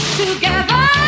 together